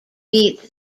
meets